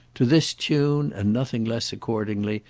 to this tune and nothing less, accordingly,